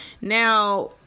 now